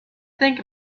think